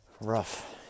rough